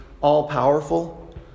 all-powerful